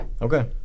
Okay